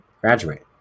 graduate